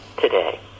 today